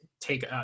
take